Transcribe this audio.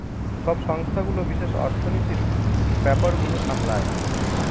সব সংস্থাগুলো বিশেষ অর্থনীতির ব্যাপার গুলো সামলায়